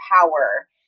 Power